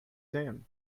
tan